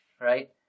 right